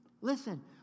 listen